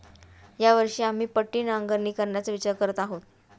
या वर्षी आम्ही पट्टी नांगरणी करायचा विचार करत आहोत